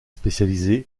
spécialisée